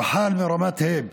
רחאן מרומת הייב